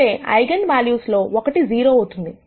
అంటే eigen values లో ఒకటి 0 అవుతుంది